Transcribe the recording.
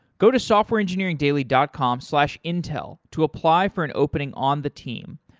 go to softwareengineeringdaily dot com slash intel to apply for an opening on the team.